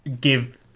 give